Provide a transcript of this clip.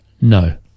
no